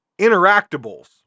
interactables